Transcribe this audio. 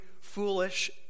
foolish